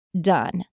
done